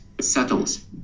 settles